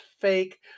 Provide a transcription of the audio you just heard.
fake